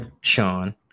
Sean